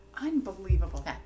Unbelievable